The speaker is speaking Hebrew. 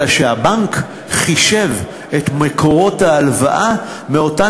אלא שהבנק חישב את מקורות ההלוואה מאותם